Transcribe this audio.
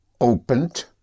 opened